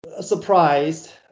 surprised